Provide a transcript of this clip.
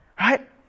right